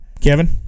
Kevin